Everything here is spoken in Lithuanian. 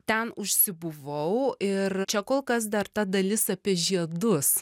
ten užsibuvau ir čia kol kas dar ta dalis apie žiedus